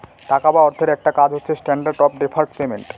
টাকা বা অর্থের একটা কাজ হচ্ছে স্ট্যান্ডার্ড অফ ডেফার্ড পেমেন্ট